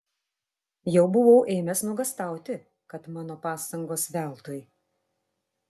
jau buvau ėmęs nuogąstauti kad mano pastangos veltui